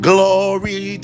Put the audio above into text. Glory